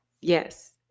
yes